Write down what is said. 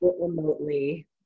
remotely